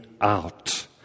out